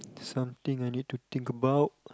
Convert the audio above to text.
something I need to think about